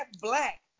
black